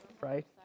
Right